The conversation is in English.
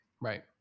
Right